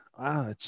Wow